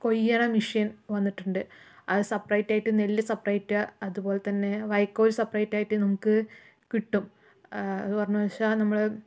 കൊയ്യണ machine വന്നിട്ടുണ്ട് അത് separate ആയിട്ട് നെല്ല് സെപ്പറേറ്റ് അതുപോലെതന്നെ വൈക്കോൽ സെപ്പറേറ്റായിട്ട് നമുക്ക് കിട്ടും അത് പറഞ്ഞുവെച്ചാൽ നമ്മള്